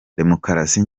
demokarasi